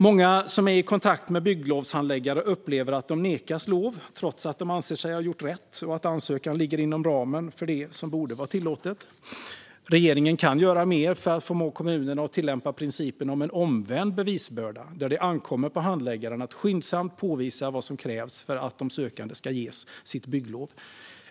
Många som är i kontakt med bygglovshandläggare upplever att de nekas lov, trots att de anser sig ha gjort rätt och att ansökan ligger inom ramen för det som borde vara tillåtet. Regeringen kan göra mer för att förmå kommunerna att tillämpa principen om en omvänd bevisbörda, där det ankommer på handläggaren att skyndsamt påvisa vad som krävs för att de sökande ska ges bygglov.